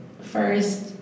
first